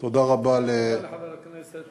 תודה לחבר הכנסת